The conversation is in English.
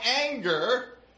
anger